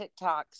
TikToks